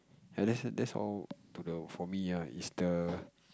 ya that's that's all to the for me ya it's the